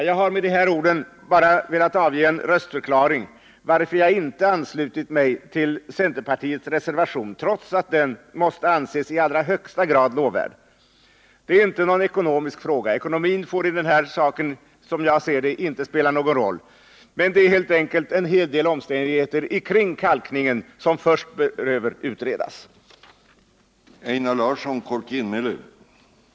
Jag har med dessa ord bara velat avge en röstförklaring för att ange varför jag inte ansluter mig till centerpartiets reservation, trots att den måste anses i allra högsta grad lovvärd. Det är inte någon ekonomisk fråga — ekonomin får, som jag ser det, inte spela någon roll i det här sammanhanget — men det är en hel del omständigheter kring kalkningen som behöver utredas innan denna kan utvidgas ytterligare.